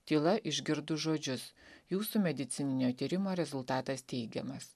tyla išgirdus žodžius jūsų medicininio tyrimo rezultatas teigiamas